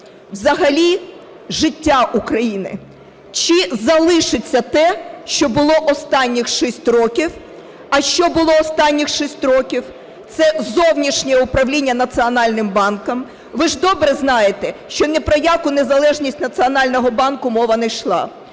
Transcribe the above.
взагалі життя України, чи залишиться те, що було останніх 6 років. А що було останніх 6 років? Це зовнішнє управління Національним банком. Ви ж добре знаєте, що ні про яку незалежність Національного банку мова не йшла.